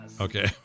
okay